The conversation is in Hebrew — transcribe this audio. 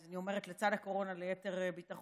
אז אני אומרת לצד הקורונה ליתר ביטחון,